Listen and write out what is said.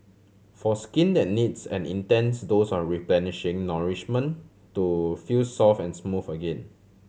for skin that needs an intense dose are replenishing nourishment to feel soft and smooth again